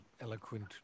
eloquent